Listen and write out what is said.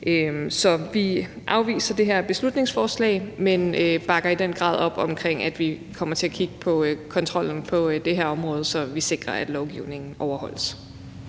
Så vi afviser det her beslutningsforslag, men bakker i den grad op om, at vi kommer til at kigge på kontrollen på det her område, så vi sikrer, at lovgivningen overholdes.